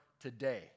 today